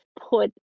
put